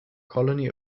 colony